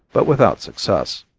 but without success.